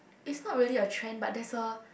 is not really a trend but there's a